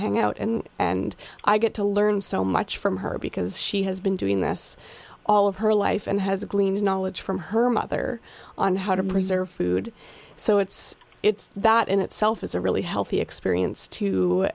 hang out and and i get to learn so much from her because she has been doing this all of her life and has gleaned knowledge from her mother on how to preserve food so it's it's that in itself is a really healthy experience to